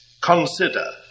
Consider